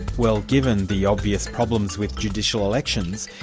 well given the obvious problems with judicial elections,